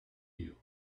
you